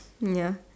um ya